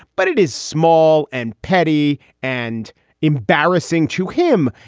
but it is small and petty and embarrassing to him.